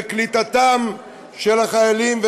לקליטתם של החיילים,